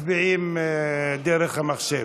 מצביעים דרך המחשב.